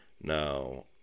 now